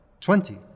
Twenty